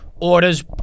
orders